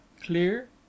clear